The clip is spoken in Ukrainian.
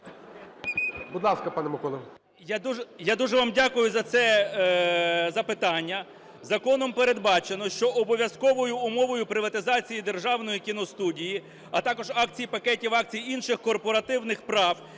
Я дуже вам дякую за це запитання. Законом передбачено, що обов'язковою умовою приватизації державної кіностудії, а також акцій, пакетів акцій інших корпоративних прав,